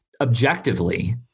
Objectively